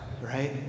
right